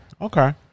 okay